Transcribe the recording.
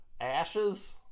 Ashes